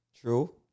True